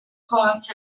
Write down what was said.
cars